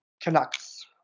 Canucks